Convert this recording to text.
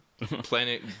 planet